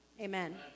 Amen